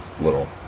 little